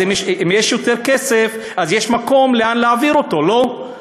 אם יש יותר כסף, אז יש לאן להעביר אותו, לא?